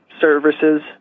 services